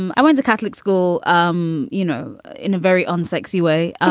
and i went to catholic school. um you know, in a very unsexy way.